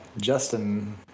justin